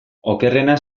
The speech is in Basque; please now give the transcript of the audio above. okerrena